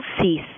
cease